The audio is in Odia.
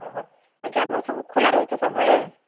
ଆଜ୍ଞା ଆପଣ ସବୁ ଖୁଲା ରହୁଛି ତ ସବୁବେଳେ